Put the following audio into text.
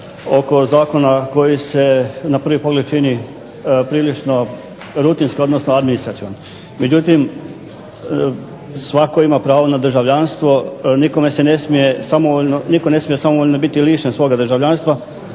oko zakona koji se na prvi pogled čini rutinski odnosno administrativan. Međutim, svatko ima pravo na državljanstvo, nitko ne smije biti samovoljno biti lišen svog državljanstva